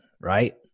right